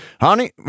honey